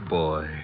boy